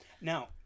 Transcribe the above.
Now